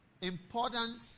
important